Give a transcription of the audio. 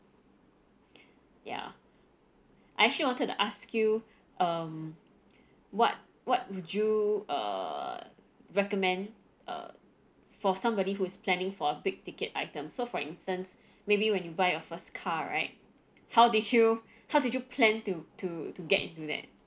ya I actually wanted to ask you um what what would you err recommend uh for somebody who's planning for a big-ticket item so for instance maybe when you buy a first car right how did you how did you plan to to to get into that